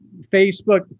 Facebook